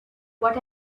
what